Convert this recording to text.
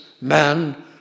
man